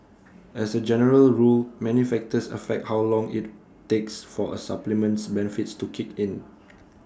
as A general rule many factors affect how long IT takes for A supplement's benefits to kick in